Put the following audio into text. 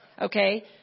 okay